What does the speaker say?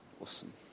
Awesome